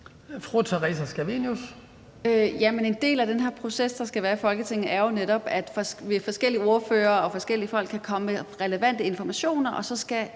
en del af den proces, der skal være i Folketinget, er jo netop, at forskellige ordførere og forskellige folk kan komme med relevante informationer, og så skal